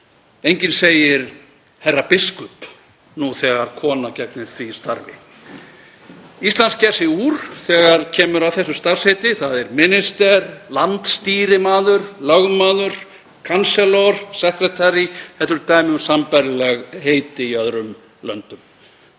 Enginn segir herra biskup, nú þegar kona gegnir því starfi. Ísland sker sig úr þegar kemur að þessu starfsheiti; það er „minister“, „landsstýrimaður“, lögmaður, „chancellor“, „secretary“. Þetta eru dæmi um sambærileg heiti í öðrum löndum.